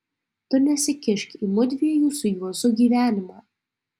tu nesikišk į mudviejų su juozu gyvenimą